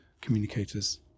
communicators